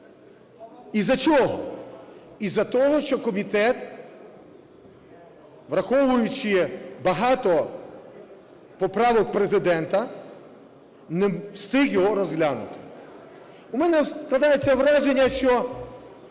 Із-за чого? Із-за того, що комітет, враховуючи багато поправок, Президента не встиг його розглянути. У мене складається враження, що